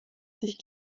sich